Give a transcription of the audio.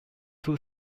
two